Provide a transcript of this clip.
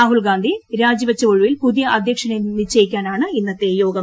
രാഹുൽഗാന്ധി രാജിവെച്ച ഒഴിവിൽ പുതിയ അധ്യക്ഷനെ നിശ്ചയിക്കാനാണ് ഇന്നത്തെ യോഗം